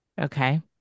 Okay